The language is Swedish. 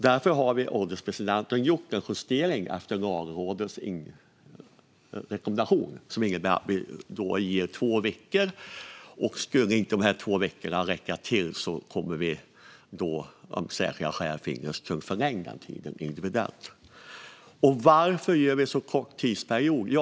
Därför har vi gjort en justering efter Lagrådets rekommendation, som innebär att det blir två veckor. Om inte de två veckorna räcker till kan, om särskilda skäl finns, tiden förlängas individuellt. Varför blir det en så kort tidsperiod?